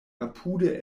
apude